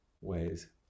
ways